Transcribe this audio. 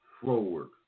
forward